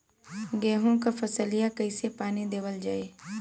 गेहूँक फसलिया कईसे पानी देवल जाई?